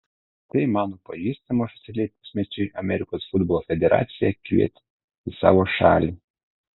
štai mano pažįstamą oficialiai pusmečiui amerikos futbolo federacija kvietė į savo šalį